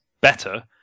better